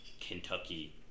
Kentucky